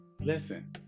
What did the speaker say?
listen